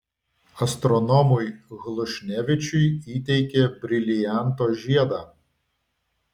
astronomui hlušnevičiui įteikė brilianto žiedą